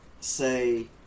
say